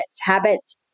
Habits